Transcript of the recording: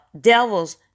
devils